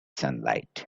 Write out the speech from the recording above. sunlight